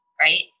right